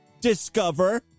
Discover